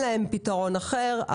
אין להם פתרון אחר.